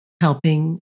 helping